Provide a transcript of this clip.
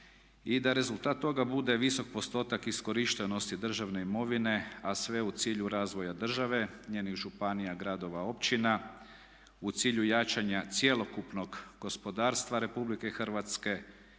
i da rezultat toga bude visok postotak iskorištenosti državne imovine a sve u cilju razvoja države, njenih županija, gradova, općina, u cilju jačanja cjelokupnog gospodarstva Republike Hrvatske